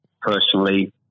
personally